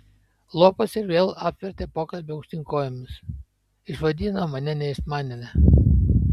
lopas ir vėl apvertė pokalbį aukštyn kojomis išvadino mane neišmanėle